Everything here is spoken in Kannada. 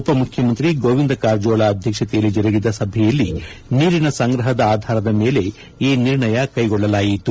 ಉಪಮುಖ್ಯಮಂತ್ರಿ ಗೋವಿಂದ ಕಾರಜೋಳ ಅಧ್ಯಕ್ಷತೆಯಲ್ಲಿ ಜರುಗಿದ ಸಭೆಯಲ್ಲಿ ನೀರಿನ ಸಂಗ್ರಪದ ಆಧಾರದ ಮೇಲೆ ಈ ನಿರ್ಣಯ ಕೈಗೊಳ್ಳಲಾಯಿತು